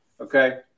Okay